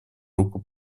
руку